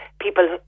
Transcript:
people